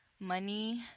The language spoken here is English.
money